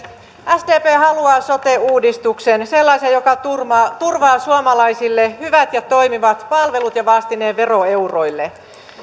sdp haluaa sote uudistuksen sellaisen joka turvaa turvaa suomalaisille hyvät ja toimivat palvelut ja vastineen veroeuroille